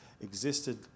existed